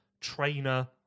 trainer